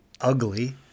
ugly